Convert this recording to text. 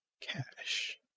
cash